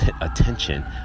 attention